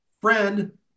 friend